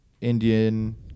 Indian